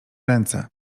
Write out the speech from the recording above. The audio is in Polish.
ręce